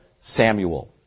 Samuel